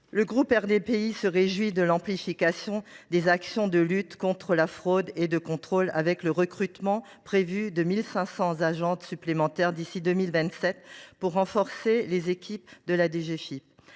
Le groupe RDPI se réjouit de l’amplification des actions de lutte contre la fraude et de contrôle, avec le recrutement prévu de 1 500 agents supplémentaires d’ici à 2027 pour renforcer les équipes de la DGFiP.